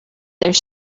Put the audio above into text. there